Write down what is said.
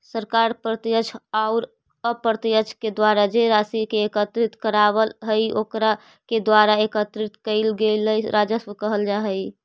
सरकार प्रत्यक्ष औउर अप्रत्यक्ष के द्वारा जे राशि के एकत्रित करवऽ हई ओकरा के द्वारा एकत्रित कइल गेलई राजस्व कहल जा हई